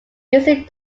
usually